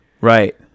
Right